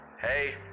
Hey